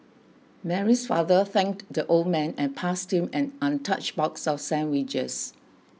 Mary's father thanked the old man and passed him an untouched box of sandwiches